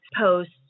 posts